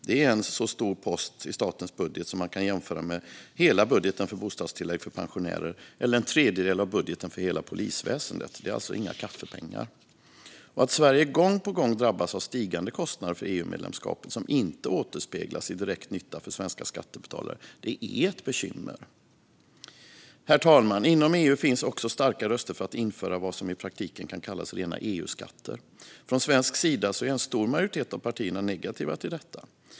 Det är en så stor post i statens budget att den kan jämföras med hela budgeten för bostadstillägg för pensionärer eller en tredjedel av budgeten för hela polisväsendet. Det är alltså inga kaffepengar. Att Sverige gång på gång drabbas av stigande kostnader för EU-medlemskapet som inte återspeglas i direkt nytta för svenska skattebetalare är ett bekymmer. Herr talman! Inom EU finns också starka röster för att införa vad som i praktiken kan kallas rena EU-skatter. Från svensk sida är en stor majoritet av partierna negativa till detta.